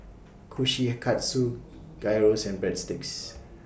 Kushikatsu Gyros and Breadsticks